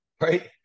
right